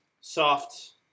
soft